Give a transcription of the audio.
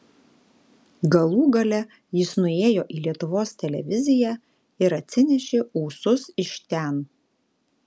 galų gale jis nuėjo į lietuvos televiziją ir atsinešė ūsus iš ten